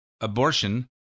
abortion